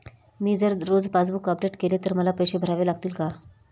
मी जर रोज passbook update केले तर मला पैसे भरावे लागतील का?